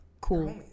cool